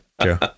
true